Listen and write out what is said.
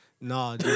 No